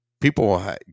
people